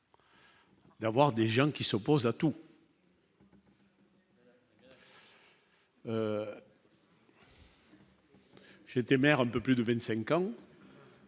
D'avoir des gens qui s'oppose à tout. J'étais maire, un peu plus de 25 ans.